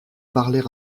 parler